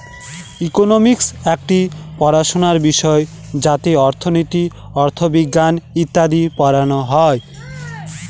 economics একটি পড়াশোনার বিষয় যাতে অর্থনীতি, অথবিজ্ঞান ইত্যাদি পড়ানো হয়